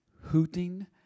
hooting